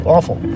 Awful